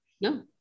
No